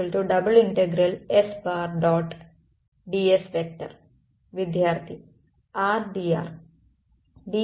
ds വിദ്യാർത്ഥി r dr